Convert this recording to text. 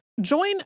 Join